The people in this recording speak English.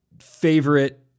favorite